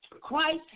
Christ